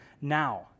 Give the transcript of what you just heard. now